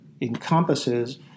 encompasses